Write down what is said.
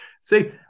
See